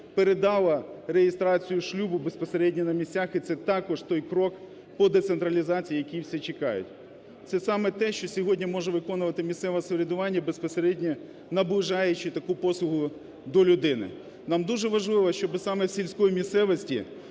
передало реєстрацію шлюбу безпосередньо на місцях. І це також той крок по децентралізації, який всі чекають. Це саме те, що сьогодні може виконувати місцеве самоврядування безпосередньо, наближаючи таку послугу до людини. Нам дуже важливо, щоб саме до сільської місцевості,